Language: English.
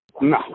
No